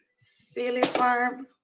silly farm